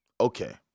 Okay